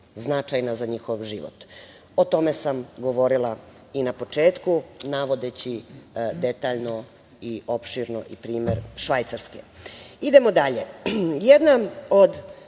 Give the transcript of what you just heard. značajna za njihov život. O tome sam govorila i na početku, navodeći detaljno i opširno i primer Švajcarske. Idemo dalje.